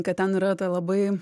kad ten yra ta labai